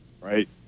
right